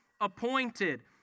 appointed